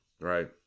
right